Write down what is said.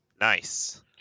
Nice